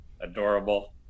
adorable